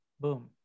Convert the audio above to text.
Boom